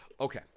Okay